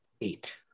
eight